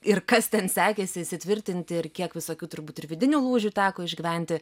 ir kas ten sekėsi įsitvirtinti ir kiek visokių turbūt ir vidinių lūžių teko išgyventi